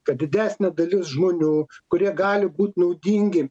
kad didesnė dalis žmonių kurie gali būt naudingi